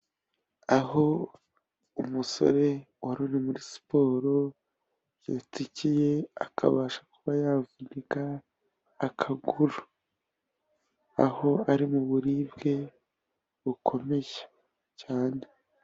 Aho umusore wari uri muri siporo yatsikiye akabasha kuba yavunika akaguru, aho ari mu buribwe bukomeye cyane.